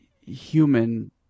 human